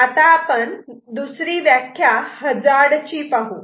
आता दुसरी व्याख्या आपण हजार्ड ची पाहू